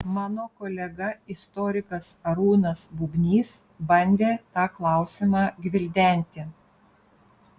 mano kolega istorikas arūnas bubnys bandė tą klausimą gvildenti